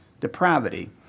depravity